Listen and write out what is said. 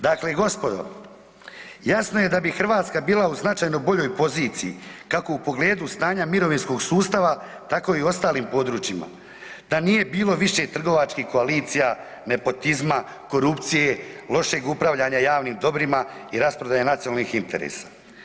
Dakle, gospodo jasno je da bi Hrvatska bila u značajno boljoj poziciji kako u pogledu stanja mirovinskog sustava tako i u ostalim područjima da nije bilo više trgovačkih koalicija, nepotizma, korupcije, lošeg upravljanja javnim dobrima i rasprodaje nacionalnih interesa.